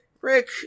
Rick